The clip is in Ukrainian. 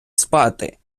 спати